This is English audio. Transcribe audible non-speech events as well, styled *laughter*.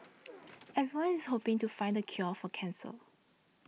*noise* everyone's hoping to find the cure for cancer